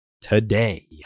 today